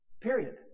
Period